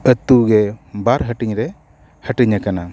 ᱟᱛᱳ ᱜᱮ ᱵᱟᱨ ᱦᱟᱹᱴᱤᱧ ᱨᱮ ᱦᱟᱹᱴᱤᱧ ᱟᱠᱟᱱᱟ